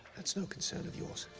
that's no concern of yours.